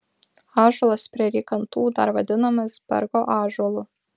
ąžuolas prie rykantų dar vadinamas bergo ąžuolu